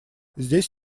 здесь